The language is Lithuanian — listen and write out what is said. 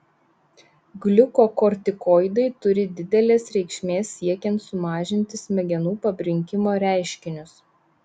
gliukokortikoidai turi didelės reikšmės siekiant sumažinti smegenų pabrinkimo reiškinius